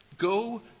Go